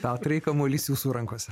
petrai kamuolys jūsų rankose